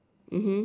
mmhmm